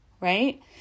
right